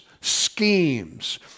Schemes